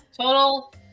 total